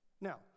now